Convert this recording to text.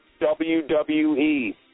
WWE